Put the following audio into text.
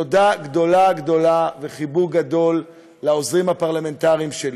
תודה גדולה גדולה וחיבוק גדול לעוזרים הפרלמנטריים שלי,